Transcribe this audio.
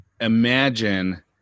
imagine